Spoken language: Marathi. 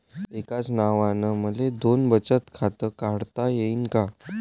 एकाच नावानं मले दोन बचत खातं काढता येईन का?